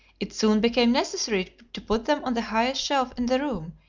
it soon became necessary to put them on the highest shelf in the room,